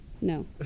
No